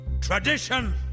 Tradition